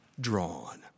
drawn